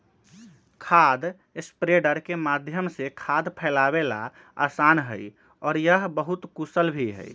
खाद स्प्रेडर के माध्यम से खाद फैलावे ला आसान हई और यह बहुत कुशल भी हई